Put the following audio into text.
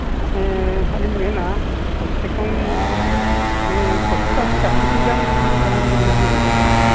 ᱟᱹᱞᱤᱧ ᱢᱮᱱᱟ ᱠᱚᱢᱥᱮ ᱠᱚᱢ ᱢᱟᱱᱮ ᱯᱚᱧᱪᱟᱥ ᱥᱟᱴᱴᱤ ᱜᱟᱱ ᱟᱹᱞᱤᱧ ᱞᱩᱜᱽᱲᱤᱡ ᱞᱤᱧ ᱟᱹᱜᱩᱭᱟ